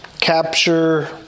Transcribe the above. capture